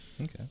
Okay